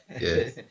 Yes